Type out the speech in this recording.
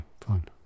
fine